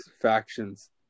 factions